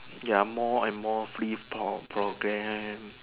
ya more and more free program